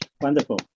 wonderful